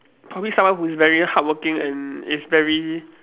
probably someone who's very hardworking and is very